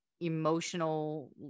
emotional